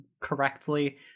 correctly